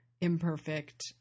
Imperfect